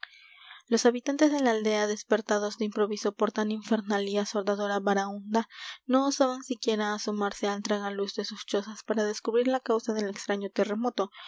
los habitantes de la aldea despertados de improviso por tan infernal y asordadora baraúnda no osaban siquiera asomarse al tragaluz de sus chozas para descubrir la causa del extraño terremoto